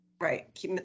Right